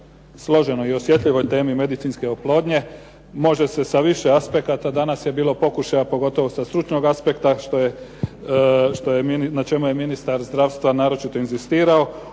složenoj i osjetljivoj temi medicinske oplodnje može se sa više aspekata. Danas je bilo pokušaja pogotovo sa stručnog aspekta, na čemu je ministar zdravstva naročito inzistirao,